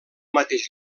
mateix